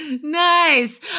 Nice